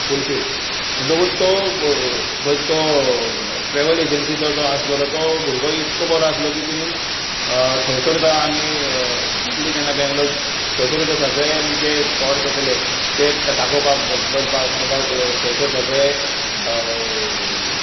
fulfil म्हणटकूच तो travel एजन्सीचो जो आसलेलो तो भुरगो इतको बरो आसलो की तेंणी थंयसरूच आमी गेल्ली तेन्ना बॅंगलोर थंयसरूच सगळे स्पॉट आसले ते दाखोवपाक करपाक बाबा थंयसर सगळें